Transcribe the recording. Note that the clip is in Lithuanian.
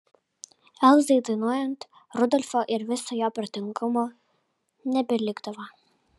elzai dainuojant rudolfo ir viso jo protingumo nebelikdavo